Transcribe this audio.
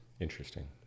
interesting